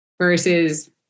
versus